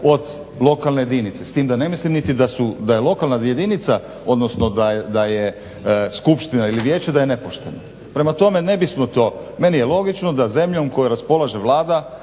od lokalne jedinice, s tim da ne mislim niti da su, da je lokalna jedinica, odnosno da je skupština ili vijeće da je nepošteno. Prema tome, ne bismo to, meni je logično da zemljom kojom raspolaže Vlada,